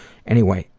anyway.